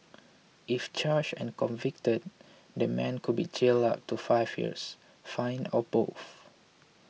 if charged and convicted the man could be jailed up to five years fined or both